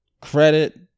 Credit